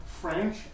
French